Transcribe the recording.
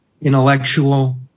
intellectual